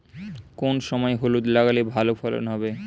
কোন সময় হলুদ লাগালে ভালো ফলন হবে?